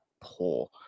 poor